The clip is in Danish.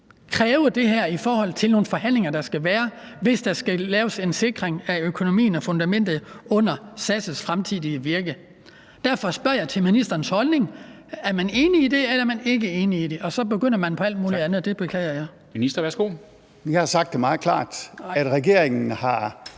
kræve det her i forhold til nogle forhandlinger, der skal være, hvis der skal laves en sikring af økonomien og af fundamentet under SAS' fremtidige virke. Derfor spørger jeg om ministerens holdning: Er man enig i det, eller er man ikke enig i det? Og så begynder man på alt muligt andet, og det beklager jeg. Kl. 13:27 Formanden (Henrik Dam Kristensen):